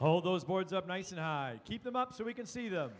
hold those boards up nice and keep them up so we can see them